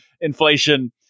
inflation